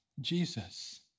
Jesus